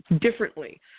differently